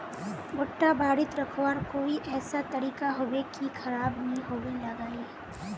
भुट्टा बारित रखवार कोई ऐसा तरीका होबे की खराब नि होबे लगाई?